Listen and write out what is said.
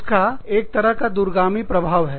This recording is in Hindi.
इसका एक तरह का दूरगामी प्रभाव है